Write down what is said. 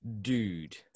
Dude